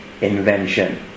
invention